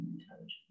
intelligence